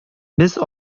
без